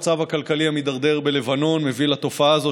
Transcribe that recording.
המצב הכלכלי המידרדר בלבנון מביא לתופעה הזאת